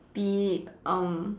be um